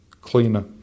cleaner